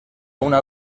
una